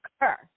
occur